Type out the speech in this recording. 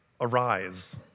arise